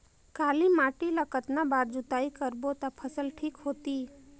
काली माटी ला कतना बार जुताई करबो ता फसल ठीक होती?